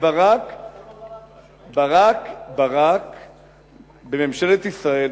למה ברק מתנגד?